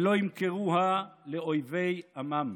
ולא ימכרוה לאויבי עמם.